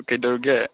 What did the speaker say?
ꯀꯔꯤ ꯇꯧꯔꯤꯒꯦ